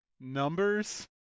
numbers